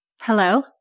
Hello